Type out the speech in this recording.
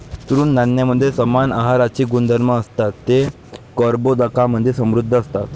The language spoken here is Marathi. तृणधान्यांमध्ये समान आहाराचे गुणधर्म असतात, ते कर्बोदकांमधे समृद्ध असतात